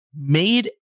made